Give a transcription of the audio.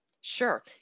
Sure